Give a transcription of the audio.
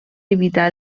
evitar